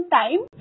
time